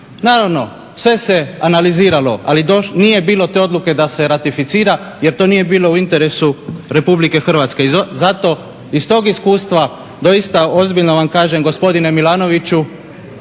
Naravno sve se analizirali ali nije bilo te odluke da se ratificira jer to nije bilo u interesu RH. I zato iz tog iskustva doista ozbiljno vam kažem gospodine Milanoviću